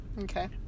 Okay